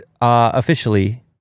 officially